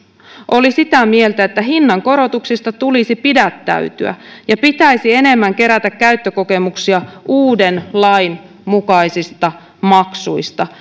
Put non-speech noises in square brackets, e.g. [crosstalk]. oli sitä mieltä että hinnankorotuksista tulisi pidättäytyä ja pitäisi enemmän kerätä käyttökokemuksia uuden lain mukaisista maksuista [unintelligible]